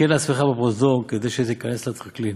התקן עצמך בפרוזדור כדי שתיכנס לטרקלין.